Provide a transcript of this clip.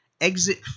Exit